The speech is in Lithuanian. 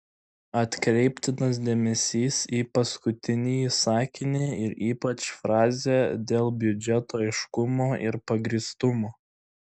atkreiptinas dėmesys į paskutinįjį sakinį ir ypač frazę dėl biudžeto aiškumo ir pagrįstumo